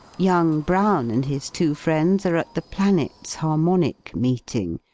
young brown and his two friends are at the planets harmonic meeting,